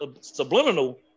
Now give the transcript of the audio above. subliminal